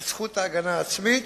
את זכות ההגנה העצמית.